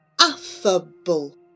Affable